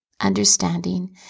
understanding